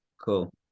Cool